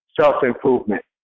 self-improvement